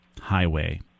highway